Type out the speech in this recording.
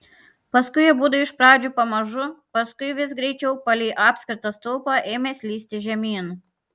paskui abudu iš pradžių pamažu paskui vis greičiau palei apskritą stulpą ėmė slysti žemyn